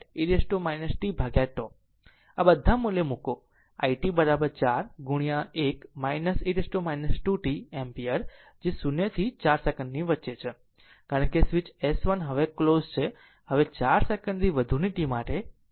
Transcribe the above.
આ બધા મૂલ્યો મૂકો i t 4 ગુણ્યા 1 - e 2t એમ્પીયર જે 0 થી 4 સેકન્ડની વચ્ચે છે કારણ કે સ્વીચ S1 હવે ક્લોઝ છે હવે 4 સેકંડથી વધુની t માટે છે